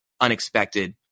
unexpected